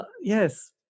Yes